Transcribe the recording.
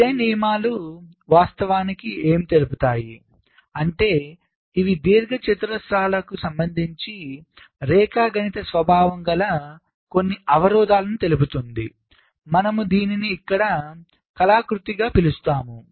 design నియమాలు వాస్తవానికి ఏం తెలుపుతాయి అంటేఇవిదీర్ఘచతురస్రాలకు సంబంధించి రేఖాగణిత స్వభావం గల కొన్ని అవరోధాలను తెలుపుతుంది మనము దీనిని ఇక్కడ కళాకృతిగా పిలుస్తున్నాము